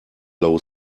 low